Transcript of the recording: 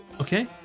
okay